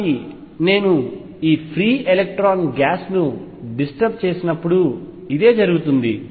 కాబట్టి నేను ఈ ఫ్రీ ఎలక్ట్రాన్ గ్యాస్ను డిస్టర్బ్ చేసినప్పుడు ఇదే జరుగుతుంది